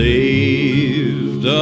Saved